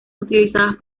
utilizadas